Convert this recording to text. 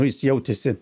jis jautėsi